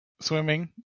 Swimming